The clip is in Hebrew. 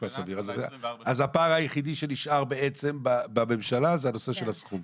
אז הפער היחידי שנשאר בממשלה זה הנושא של הסכום.